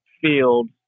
field